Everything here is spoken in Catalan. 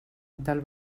del